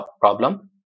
problem